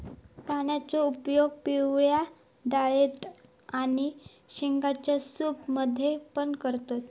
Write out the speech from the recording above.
पानांचो उपयोग पिवळ्या डाळेत आणि शेंगदाण्यांच्या सूप मध्ये पण करतत